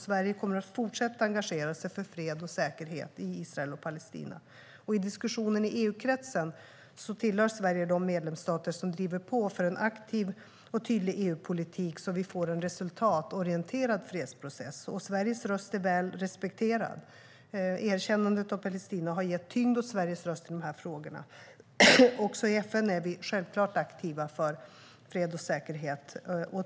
Sverige kommer att fortsätta att engagera sig för fred och säkerhet i Israel och Palestina. I diskussionen i EU-kretsen tillhör Sverige de medlemsstater som driver på för en aktiv och tydlig EU-politik så att vi får en resultatorienterad fredsprocess. Sveriges röst är väl respekterad. Erkännandet av Palestina har gett tyngd åt Sveriges röst i dessa frågor. Också i FN är vi självklart aktiva för fred och säkerhet.